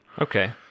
Okay